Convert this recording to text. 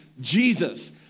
Jesus